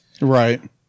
Right